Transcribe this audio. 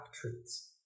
truths